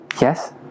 Yes